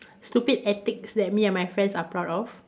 stupid antics that me and my friends are proud of